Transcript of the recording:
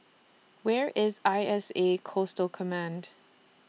Where IS I S A Coastal Command